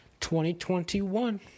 2021